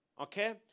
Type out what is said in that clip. okay